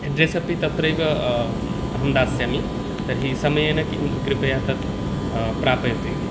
address अपि तत्रैव अहं दास्यामि तर्हि समयेन किं कृपया तत् प्रापयतु इति